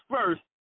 first